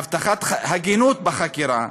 להבטחת הגינות בחקירה,